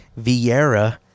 Vieira